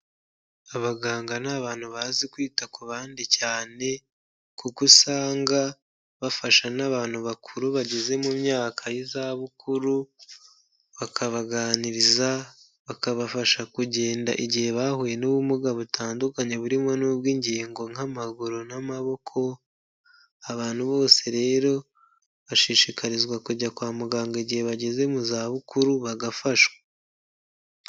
Abaganga ni abantu bazi kwita ku bandi cyane, kuko usanga bafasha n'abantu bakuru bageze mu myaka y'izabukuru, bakabaganiriza, bakabafasha kugenda igihe bahuye n'ubumuga butandukanye burimo n'ubw'ingingo nk'amaguru, n'amaboko, abantu bose rero bashishikarizwa kujya kwa muganga igihe bageze mu za bukuru, bagafashwa.